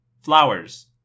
flowers